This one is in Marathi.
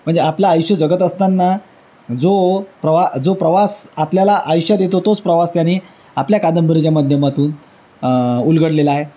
म्हणजे आपलं आयुष्य जगत असताना जो प्रवा जो प्रवास आपल्याला आयुष्यात येतो तोच प्रवास त्यांनी आपल्या कादंबरीच्या माध्यमातून उलगडलेला आहे